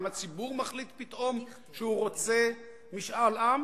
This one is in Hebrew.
האם הציבור מחליט פתאום שהוא רוצה משאל עם,